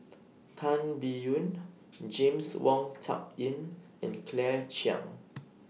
Tan Biyun James Wong Tuck Yim and Claire Chiang